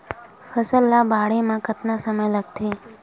फसल ला बाढ़े मा कतना समय लगथे?